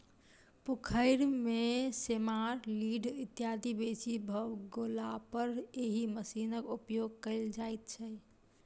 पोखैर मे सेमार, लीढ़ इत्यादि बेसी भ गेलापर एहि मशीनक उपयोग कयल जाइत छै